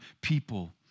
people